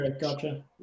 gotcha